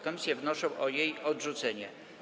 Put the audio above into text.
Komisje wnoszą o jej odrzucenie.